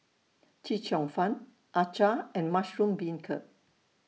Chee Cheong Fun Acar and Mushroom Beancurd